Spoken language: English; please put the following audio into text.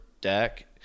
deck